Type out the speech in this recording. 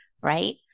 right